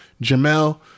Jamel